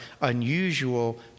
unusual